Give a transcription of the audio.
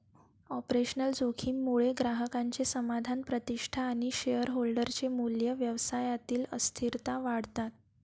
operational जोखीम मुळे ग्राहकांचे समाधान, प्रतिष्ठा आणि शेअरहोल्डर चे मूल्य, व्यवसायातील अस्थिरता वाढतात